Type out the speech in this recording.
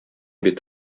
бит